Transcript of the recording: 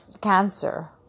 cancer